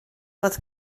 fod